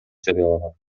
жарыялаган